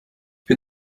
bin